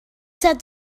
said